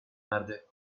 verdi